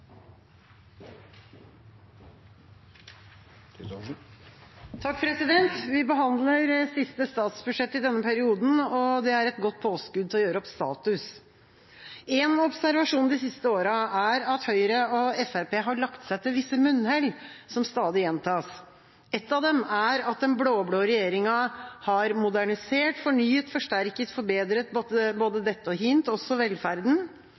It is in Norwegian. vanskelig livssituasjon. Vi behandler det siste statsbudsjettet i denne perioden, og det er et godt påskudd til å gjøre opp status. Én observasjon de siste åra er at Høyre og Fremskrittspartiet har lagt seg til visse munnhell som stadig gjentas. Ett av dem er at den blå-blå regjeringa har «modernisert, fornyet, forsterket, forbedret» både dette og hint, også velferden.